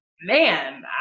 man